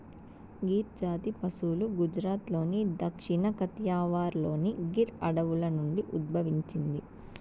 గిర్ జాతి పసులు గుజరాత్లోని దక్షిణ కతియావార్లోని గిర్ అడవుల నుండి ఉద్భవించింది